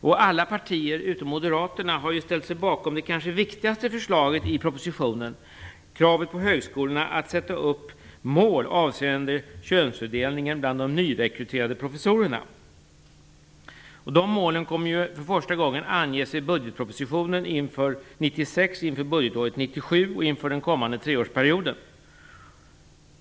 Alla partier utom Moderaterna har ju ställt sig bakom det kanske viktigaste förslaget i propositionen, nämligen kravet på högskolorna att ställa upp mål avseende könsfördelningen bland de nyrekryterade professorerna. De målen kommer för första gången att anges vid budgetpropositionen inför 1996, inför budgetåret 1997 och inför den kommande treårsperioden.